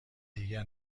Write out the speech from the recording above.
دیگر